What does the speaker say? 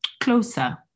closer